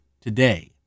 today